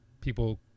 people